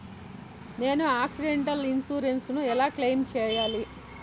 నేను accidental insurance ను ఎలా క్లెయిమ్ సేయాలి?